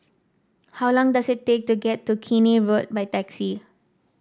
how long does it take to get to Keene Road by taxi